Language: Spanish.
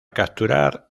capturar